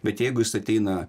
bet jeigu jis ateina